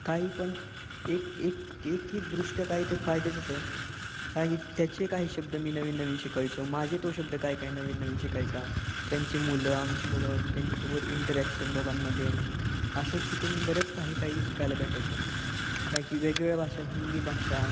काही पण एक एक एकीचदृष्ट्या काही ते फायद्याचंच आहे कारण की त्याचे काही शब्द मी नवीन नवीन शिकायचो माझे तो शब्द काय काही नवीन नवीन शिकायचा त्यांची मुलं आमची मुलं त्यांच्यासोबत इंटरॅक्शन दोघांमध्ये असं शिकून बरेच काही काही शिकायला भेटायचं काय की वेगवेगळ्या भाषा हिंदी भाषा